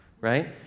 right